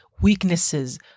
weaknesses